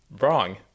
wrong